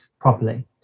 properly